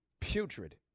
Putrid